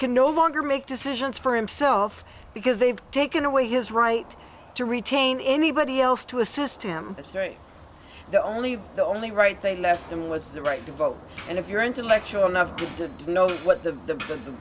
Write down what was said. can no longer make decisions for himself because they've taken away his right to retain anybody else to assist him astray the only the only right they left him was the right to vote and if you're intellectual enough to know what the